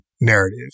narrative